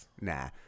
Nah